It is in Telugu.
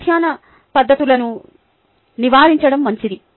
పరధ్యాన పద్ధతులను నివారించడం మంచిది